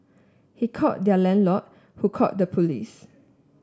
he called their landlord who called the police